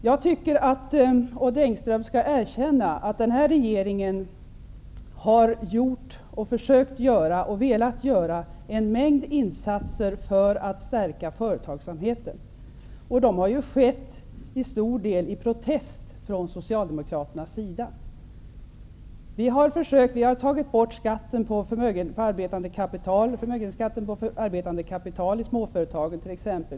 Jag tycker att Odd Engström skall erkänna att den nuvarande regeringen har gjort, försökt göra och velat göra, en mängd insatser för att stärka företagsamheten. De har skett till stor del under protester från Socialdemokraternas sida. Vi har tagit bort förmögenhetsskatten på arbetande kapital i småföretagen.